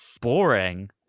boring